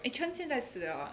eh chen 现在死了 ah